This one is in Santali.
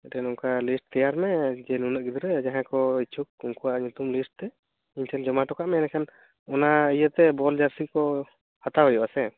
ᱢᱤᱫᱴᱮᱱ ᱚᱱᱟᱠ ᱞᱤᱥᱴ ᱛᱮᱭᱟᱨ ᱢᱮ ᱡᱮ ᱱᱩᱱᱟᱹ ᱜᱤᱫᱽᱨᱟᱹ ᱡᱟᱦᱟᱭ ᱠᱚ ᱤᱪᱪᱷᱩᱠ ᱩᱱᱠᱩᱭᱟᱜ ᱧᱩᱛᱩᱢ ᱞᱤᱥᱴ ᱛᱮ ᱤᱧ ᱴᱷᱮᱱ ᱡᱚᱢᱟ ᱚᱴᱚᱠᱟᱜ ᱢᱮ ᱮᱰᱮ ᱠᱷᱟᱱ ᱚᱱᱟ ᱤᱭᱟᱹ ᱛᱮ ᱵᱚᱞ ᱡᱟᱹᱨᱥᱤ ᱠᱚ ᱦᱟᱛᱟᱣ ᱦᱩᱭᱩᱜᱼᱟ ᱥᱮ